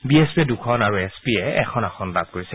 B S পিয়ে দুখন আৰু এছ পিয়ে এখন আসন লাভ কৰিছে